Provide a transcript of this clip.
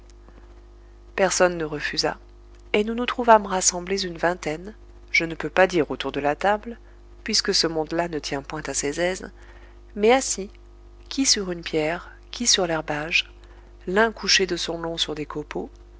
personne ne refusa et nous nous trouvâmes rassemblés une vingtaine je ne peux pas dire autour de la table puisque ce monde-là ne tient point à ses aises mais assis qui sur une pierre qui sur l'herbage l'un couché de son long sur des copeaux